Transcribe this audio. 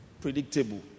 predictable